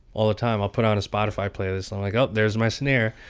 all the time. i'll put on a spotify playlist. i'm like, oh, there's my snare.